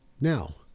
now